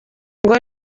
ngo